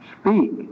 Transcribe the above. speak